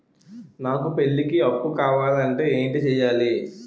నాకు పెళ్లికి అప్పు కావాలంటే ఏం చేయాలి?